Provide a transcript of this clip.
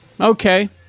okay